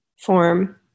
form